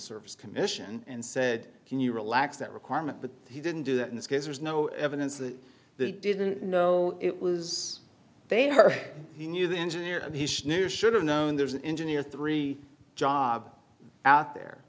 service commission and said can you relax that requirement but he didn't do that in this case there's no evidence that they didn't know it was they her he knew the engineer knew or should have known there's an engineer three job out there